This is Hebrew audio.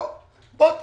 בואו תבדקו,